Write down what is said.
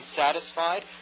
satisfied